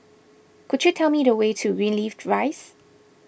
could you tell me the way to Greenleaf Rise